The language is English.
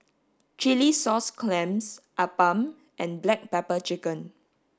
chilli sauce clams appam and black pepper chicken